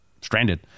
stranded